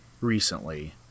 recently